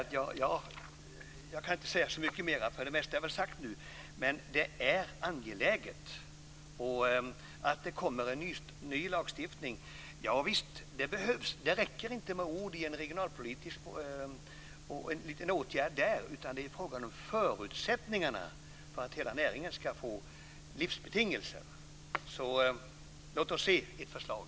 Jag kan inte säga så mycket mer, för det mesta är väl sagt nu. Men detta är angeläget. En ny lagstiftning behövs, javisst. Det räcker inte med ord och en liten regionalpolitisk åtgärd där, utan det är fråga om förutsättningarna för att hela näringen ska få livsbetingelser. Låt oss se ett förslag.